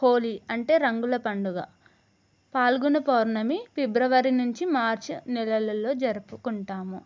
హోలీ అంటే రంగుల పండుగ పాల్గుణ పౌర్ణమి ఫిబ్రవరి నుంచి మార్చ్ నెలల్లో జరుపుకుంటాము